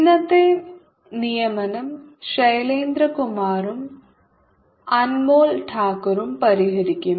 ഇന്നത്തെ നിയമനം ശൈലേന്ദ്ര കുമാറും അൻമോൽ താക്കൂറും പരിഹരിക്കും